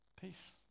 Peace